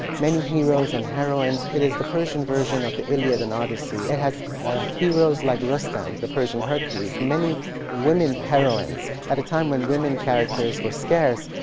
many heroes and heroines. it is the persian version of the iliad and odyssey. it has heroes like rustam, the persian hercules. many women heroines at a time when women characters were scarce,